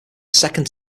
second